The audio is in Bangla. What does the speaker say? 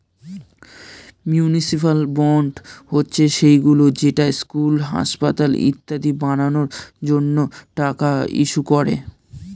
মিউনিসিপ্যাল বন্ড হচ্ছে সেইগুলো যেটা স্কুল, হাসপাতাল ইত্যাদি বানানোর জন্য টাকা ইস্যু করে